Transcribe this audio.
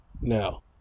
Now